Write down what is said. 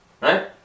Right